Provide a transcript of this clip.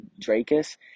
Drakus